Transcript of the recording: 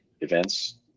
events